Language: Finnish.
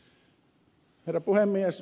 herra puhemies